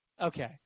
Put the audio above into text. Okay